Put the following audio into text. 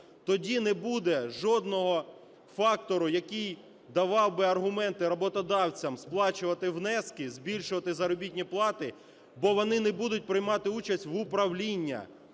Тоді не буде жодного фактору, який давав би аргументи роботодавцям сплачувати внески, збільшувати заробітні плати, бо вони не будуть приймати участь в управлінні